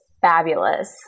fabulous